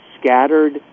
scattered –